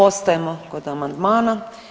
Ostajemo kod amandmana.